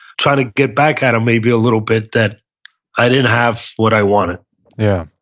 trying to get back at him maybe a little bit, that i didn't have what i wanted yeah.